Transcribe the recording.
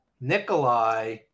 Nikolai